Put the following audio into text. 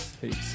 peace